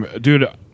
dude